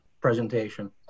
presentation